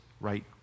right